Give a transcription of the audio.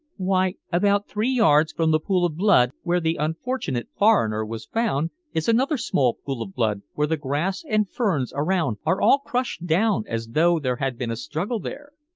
why, about three yards from the pool of blood where the unfortunate foreigner was found is another small pool of blood where the grass and ferns around are all crushed down as though there had been a struggle there.